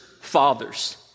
fathers